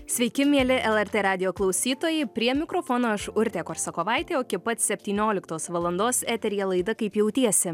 sveiki mieli lrt radijo klausytojai prie mikrofono aš urtė korsakovaitė o iki pat septynioliktos valandos eteryje laida kaip jautiesi